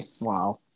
Wow